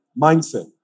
mindset